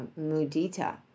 mudita